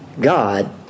God